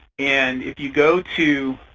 and if you go to